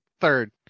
third